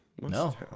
No